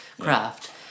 craft